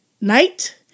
night